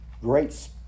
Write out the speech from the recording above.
great